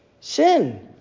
sin